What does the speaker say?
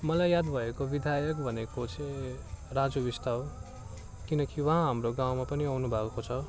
मलाई याद भएको विधायक भनेको चाहिँ राजु बिस्ट हो किनकि उहाँ हाम्रो गाउँमा पनि आउनु भएको छ